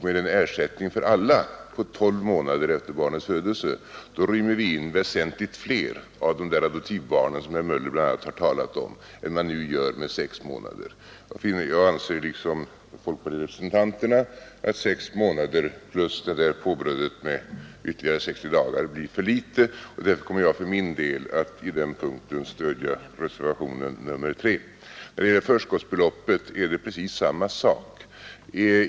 Med en ersättning för alla under tolv månader efter barnets födelse rymmer vi in väsentligt fler av de adoptivbarn som bl.a. herr Möller har talat om än man nu gör med sex månader. Jag anser liksom folkpartirepresentanterna att sex månader plus påbrödet med ytterligare 60 dagar blir för litet, och därför kommer jag för min del att på den punkten stödja reservationen nr 3. När det gäller förskottsbeloppet är det precis samma sak.